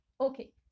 Okay